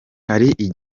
hari